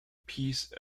peace